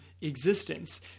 existence